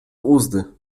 uzdy